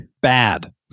bad